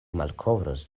malkovros